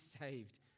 saved